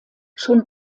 schon